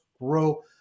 grow